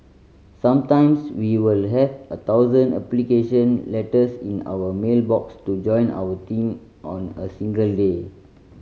sometimes we will have a thousand application letters in our mail box to join our team on a single day